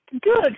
good